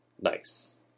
Nice